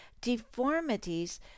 deformities